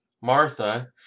Martha